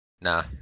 nah